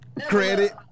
credit